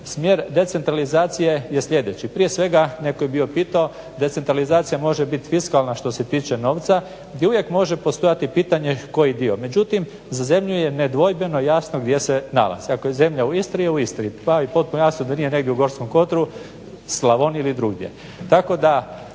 Smjer decentralizacije je sljedeći. Prije svega netko je bio pitao decentralizacija može bit fiskalna što se tiče novca i uvijek može postojati pitanje koji dio. Međutim, za zemlju je nedvojbeno jasno gdje se nalazi. Ako je zemlja u Istri je u Istri, pa je potpuno jasno da nije negdje u Gorskom kotaru, Slavoniji ili drugdje.